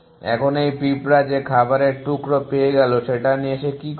এখন এই পিঁপড়া যে খাবারের টুকরো পেয়ে গেলো সেটা নিয়ে সে কি করবে